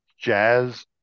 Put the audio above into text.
Jazz